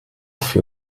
für